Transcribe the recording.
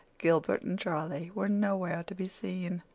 gilbert and charlie were nowhere to be seen.